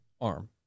arm